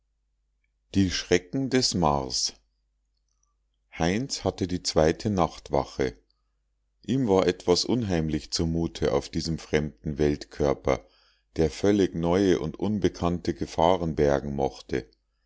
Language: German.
die schrecken des mars heinz hatte die zweite nachtwache ihm war etwas unheimlich zumut auf diesem fremden weltkörper der völlig neue und unbekannte gefahren bergen mochte